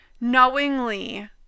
knowingly